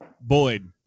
boyd